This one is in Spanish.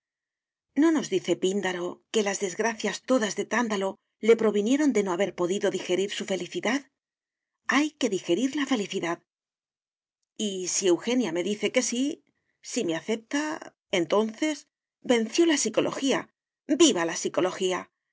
no nos dice píndaro que las desgracias todas de tántalo le provinieron de no haber podido digerir su felicidad hay que digerir la felicidad y si eugenia me dice que sí si me acepta entonces venció la psicología viva la psicología